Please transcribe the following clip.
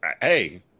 hey